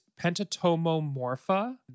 pentatomomorpha